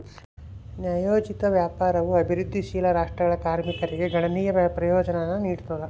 ನ್ಯಾಯೋಚಿತ ವ್ಯಾಪಾರವು ಅಭಿವೃದ್ಧಿಶೀಲ ರಾಷ್ಟ್ರಗಳ ಕಾರ್ಮಿಕರಿಗೆ ಗಣನೀಯ ಪ್ರಯೋಜನಾನ ನೀಡ್ತದ